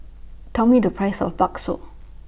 Tell Me The Price of Bakso